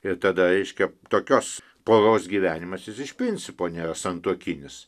ir tada reiškia tokios poros gyvenimas jis iš principo nėra santuokinis